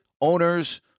owners